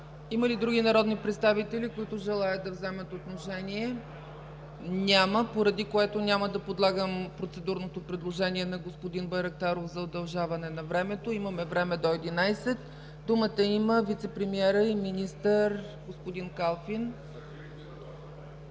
Има ли други народни представители, които желаят да вземат отношение? Няма, поради което няма да подлагам на гласуване процедурното предложение на господин Байрактаров за удължаване на времето. Имаме време до 11,00 ч. Думата има вицепремиерът и министър на